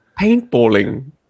paintballing